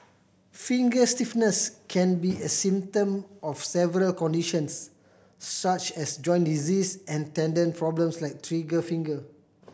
finger stiffness can be a symptom of several conditions such as joint disease and tendon problems like trigger finger